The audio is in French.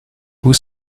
vous